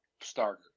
starter